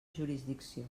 jurisdicció